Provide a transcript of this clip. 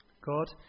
God